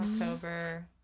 October